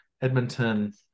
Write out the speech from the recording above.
Edmonton